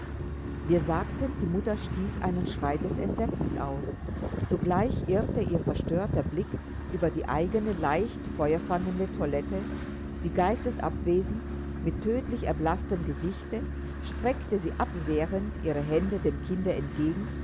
wir sagten die mutter stieß einen schrei des entsetzens aus zugleich irrte ihr verstörter blick über die eigene leicht feuerfangende toilette wie geistesabwesend mit tödlich erblaßtem gesichte streckte sie abwehrend ihre hände dem kinde entgegen